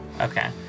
Okay